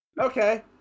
okay